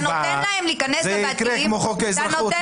יקרה כמו בחוק האזרחות.